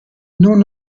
non